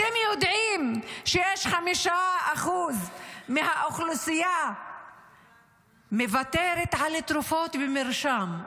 אתם יודעים ש-5% מהאוכלוסייה מוותרים על תרופות במרשם?